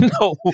No